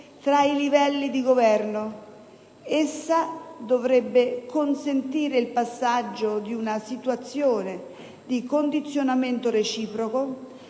tra i livelli di Governo, in modo da consentire il passaggio da una situazione di condizionamento reciproco